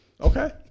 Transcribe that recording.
Okay